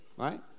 Right